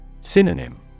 Synonym